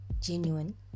genuine